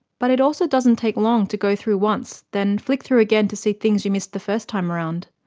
but it also doesn't take long to go through once then flick through again to see things you missed the first time round.